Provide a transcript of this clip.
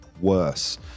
worse